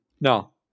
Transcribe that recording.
No